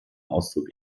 ausdruck